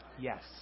Yes